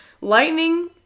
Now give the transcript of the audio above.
Lightning